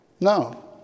no